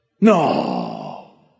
No